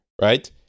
right